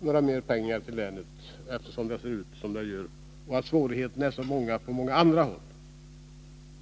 mera pengar till länet, eftersom läget där ser ut som det gör och eftersom svårigheterna är stora även på andra håll.